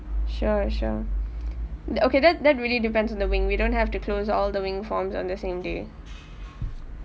sure sure the okay that that really depends on the wing we don't have to close all the wing forms on the same day